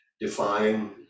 defying